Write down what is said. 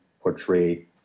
portray